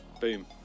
Boom